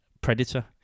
Predator